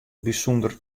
bysûnder